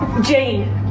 Jane